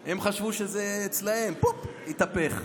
הם חשבו שזה אצלם, הופ, התהפך.